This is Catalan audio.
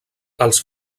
els